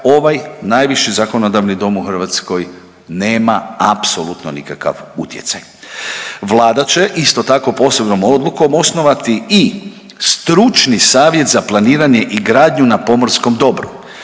ovaj najviši zakonodavni dom u Hrvatskoj nema apsolutno nikakav utjecaj. Vlada će isto tako posebnom odlukom osnovati i stručni Savjet za planiranje i gradnju na pomorskom dobru.